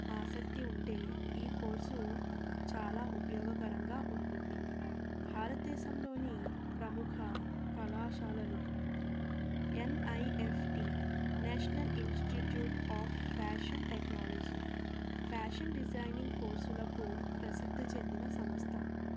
ఆసక్తి ఉంటే ఈ కోర్సు చాలా ఉపయోగకరంగా ఉంటుంది భారత దేశంలోని ప్రముఖ కళాశాలలు N I F T national institute of fashion technology fashion designing కోర్సులకు ప్రసిద్ధ చెందిన సంస్థ